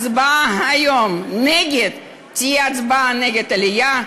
הצבעה היום נגד תהיה הצבעה נגד עלייה,